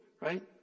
right